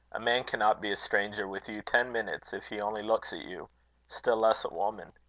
a man cannot be a stranger with you ten minutes, if he only looks at you still less a woman.